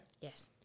Yes